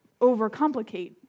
overcomplicate